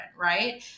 right